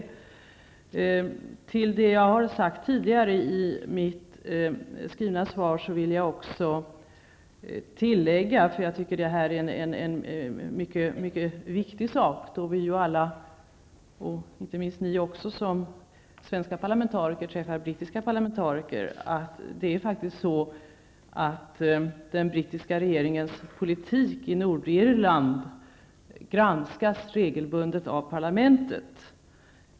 Jag vill tillägga till det jag sade tidigare i mitt skrivna svar, eftersom jag tycker att det är mycket viktigt med tanke på att vi som svenska parlamentariker träffar brittiska parlamentariker, att den brittiska regeringens politik i Nordirland faktiskt regelbundet granskas av parlamentet.